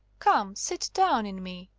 come, sit down in me.